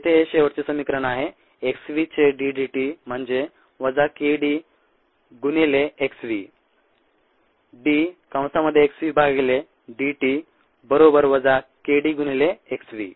येथे हे शेवटचे समीकरण आहे x v चे d d t म्हणजे वजा k d गुणिले x v